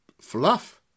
fluff